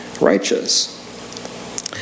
righteous